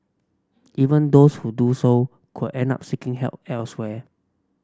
even those who do so could end up seeking help elsewhere